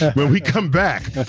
when we come back,